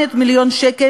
אבל אחד מאנשי משרד החוץ,